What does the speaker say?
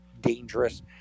dangerous